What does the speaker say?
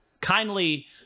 kindly